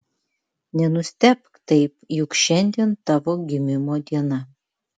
nenustebk taip juk šiandien tavo gimimo diena